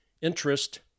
Interest